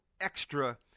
extra